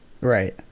Right